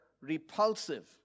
repulsive